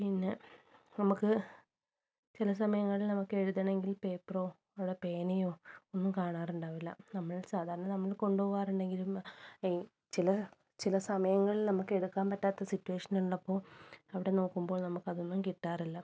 പിന്നെ നമുക്ക് ചില സമയങ്ങളിൽ നമുക്ക് എഴുതണമെങ്കിൽ പേപ്പറോ അവിടെ പേനയോ ഒന്നും കാണാറുണ്ടാകില്ല നമ്മൾ സാധാരണ നമ്മൾ കൊണ്ടുപോകാറുണ്ടെങ്കിലും ആ ചിലർ ചില സമയങ്ങളിൽ നമുക്ക് എടുക്കാൻ പറ്റാത്ത സിറ്റുവേഷൻ ഉള്ളപ്പോൾ അവിടെ നോക്കുമ്പോൾ നമുക്ക് അതൊന്നും കിട്ടാറില്ല